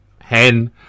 Hen